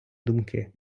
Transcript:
думки